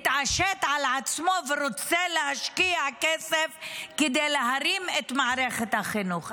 התעשת על עצמו ורוצה להשקיע כסף כדי להרים את מערכת החינוך.